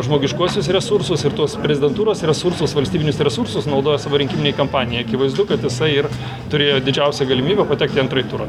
žmogiškuosius resursus ir tuos prezidentūros resursus valstybinius resursus naudoją savo rinkiminei kampanijai akivaizdu kad jisai ir turėjo didžiausią galimybę patekti į antrąjį turą